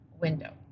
window